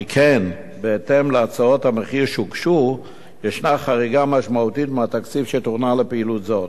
שכן בהצעות המחיר שהוגשו יש חריגה משמעותית מהתקציב שתוכנן לפעילות זו.